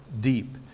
deep